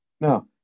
Now